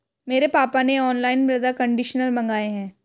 मेरे पापा ने ऑनलाइन मृदा कंडीशनर मंगाए हैं